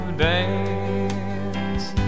dance